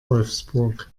wolfsburg